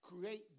create